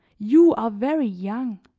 you are very young.